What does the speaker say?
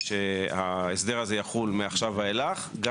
שההסדר הזה יחול מעתה ואילך.